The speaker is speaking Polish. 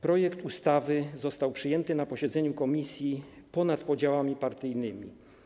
Projekt ustawy został przyjęty na posiedzeniu komisji ponad podziałami partyjnymi.